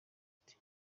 ati